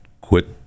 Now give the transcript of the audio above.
quit